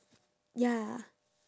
ya